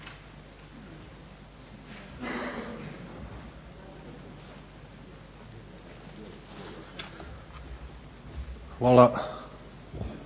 Hvala